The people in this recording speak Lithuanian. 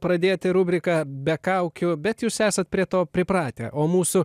pradėti rubriką be kaukių bet jūs esat prie to pripratę o mūsų